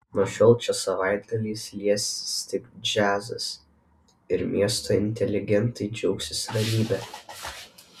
nuo šiol čia savaitgaliais liesis tik džiazas ir miesto inteligentai džiaugsis ramybe